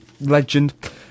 legend